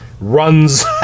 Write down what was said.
runs